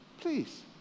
please